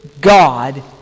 God